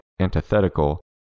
antithetical